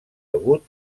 hagut